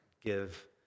give